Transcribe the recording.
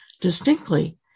distinctly